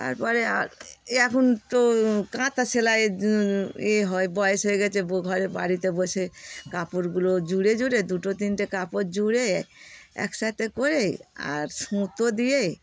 তারপরে আর এখন তো কাঁথা সেলাই ইয়ে হয় বয়স হয়ে গেছে ঘরে বাড়িতে বসে কাপড়গুলো জুড়ে জুড়ে দুটো তিনটে কাপড় জুড়ে একসাথে করেই আর সুতো দিয়ে